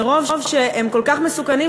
מרוב שהם כל כך מסוכנים,